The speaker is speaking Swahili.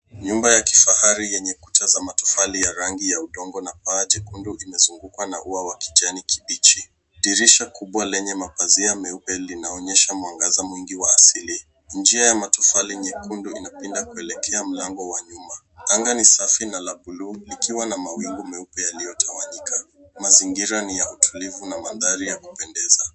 Nyumba ya kifahari yenye kuta za matofali ya rangi ya udongo na paa jekundu imezungukwa na ua wa kijani kibichi. Dirisha kubwa lenye mapazia meupe linaonyesha mwangaza mwingi wa asili. Njia ya matofali nyekundu inapinda kuelekea mlango wa nyuma. Angaa ni safi na la buluu likiwa na mawingu meupe yaliyotawanyika. Mazingira ni ya utulivu na mandhari ya kupendeza.